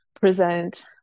present